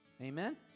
Amen